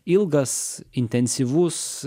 ilgas intensyvus